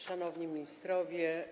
Szanowni Ministrowie!